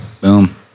boom